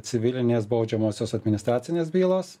civilinės baudžiamosios administracinės bylos